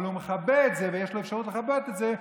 אבל הוא מכבה את זה, ויש לו אפשרות לכבות את זה,